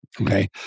Okay